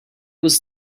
was